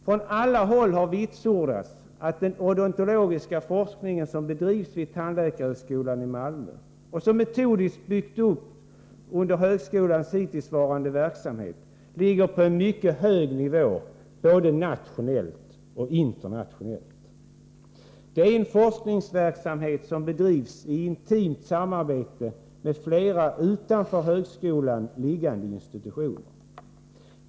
Från alla håll har vitsordats att den odontologiska forskning som bedrivs vid tandläkarhögskolan i Malmö och som metodiskt byggts upp under skolans hittillsvarande verksamhet ligger på en mycket hög nivå, både nationellt och internationellt. Det är en forskningsverksamhet som bedrivs i intimt samarbete med flera utanför högskolans stående institutioner.